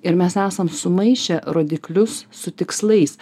ir mes esam sumaišę rodiklius su tikslais